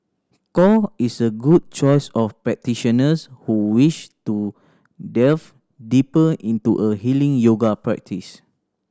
core is a good choice of practitioners who wish to delve deeper into a healing yoga practise